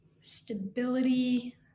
stability